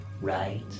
right